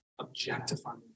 objectifying